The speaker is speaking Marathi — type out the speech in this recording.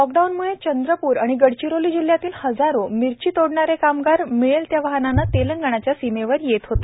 लॉकडाउनम्ळे चंद्रप्र आणि गडचिरोली जिल्हयातील हजारो मिरची तोडणारे कामगार मिळेल त्या वाहनाने तेलंगणाच्या सिमेवर येत होते